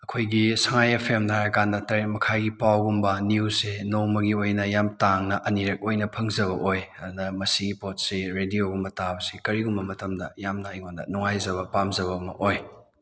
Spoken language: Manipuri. ꯑꯩꯈꯣꯏꯒꯤ ꯁꯥꯉꯥꯏ ꯑꯦꯐ ꯑꯦꯝꯗ ꯍꯥꯏꯔ ꯀꯥꯟꯗ ꯇꯔꯦꯠ ꯃꯈꯥꯏꯒꯤ ꯄꯥꯎꯒꯨꯝꯕ ꯅꯤꯌꯨꯁꯁꯦ ꯅꯣꯡꯃꯒꯤ ꯑꯣꯏꯅ ꯌꯥꯝ ꯇꯥꯡꯅ ꯑꯅꯤꯔꯛ ꯑꯣꯏꯅ ꯐꯪꯖꯕ ꯑꯣꯏ ꯑꯗꯨꯅ ꯃꯁꯤꯒꯤ ꯄꯣꯠꯁꯤ ꯔꯦꯗꯤꯌꯣꯒꯨꯝꯕ ꯇꯥꯕꯁꯤ ꯀꯔꯤꯒꯨꯝꯕ ꯃꯇꯝꯗ ꯌꯥꯝꯅ ꯑꯩꯉꯣꯟꯗ ꯅꯨꯡꯉꯥꯏꯖꯕ ꯄꯥꯝꯖꯕ ꯑꯃ ꯑꯣꯏ